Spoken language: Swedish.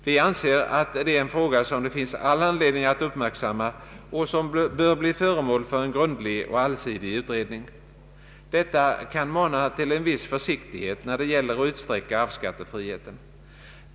Vi anser att det är en fråga som det finns all anledning att uppmärksamma och som bör bli föremål för en grundlig och allsidig utredning. Detta kan mana till en viss försiktighet när det gäller att utsträcka arvsskattefriheten.